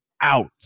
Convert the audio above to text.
out